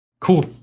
cool